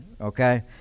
Okay